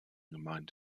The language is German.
gemeint